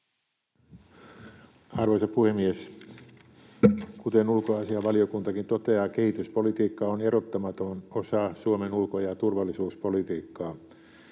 Arvoisa puhemies! Kuten ulkoasiainvaliokuntakin toteaa, kehityspolitiikka on erottamaton osa Suomen ulko- ja turvallisuuspolitiikkaa.